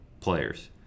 players